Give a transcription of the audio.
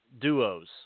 duos